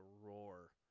roar